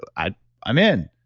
but ah i'm in.